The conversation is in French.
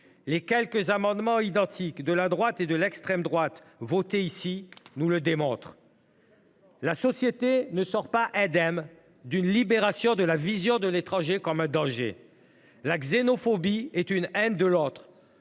Les quelques amendements identiques de la droite et de l’extrême droite votés ici nous le démontrent. La société ne sort pas indemne d’une libération de la parole qui fait apparaître l’étranger comme un danger. La xénophobie est une haine de l’autre.